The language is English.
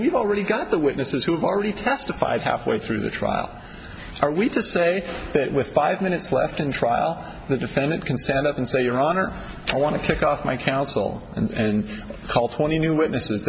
you've already got the witnesses who have already testified halfway through the trial are we to say that with five minutes left in trial the defendant can stand up and say your honor i want to pick off my counsel and called twenty witnesses